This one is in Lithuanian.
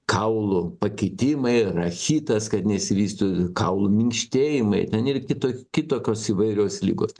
kaulų pakitimai rachitas kad nesivystytų kaulų minkštėjimai ten ir kito kitokios įvairios ligos